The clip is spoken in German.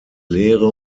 leere